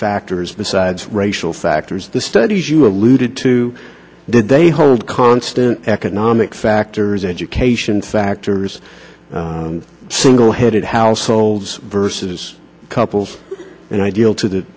factors besides racial factors the studies you alluded to did they hold constant economic factors education factors single headed households versus couples and ideal to